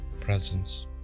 presence